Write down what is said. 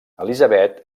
elisabet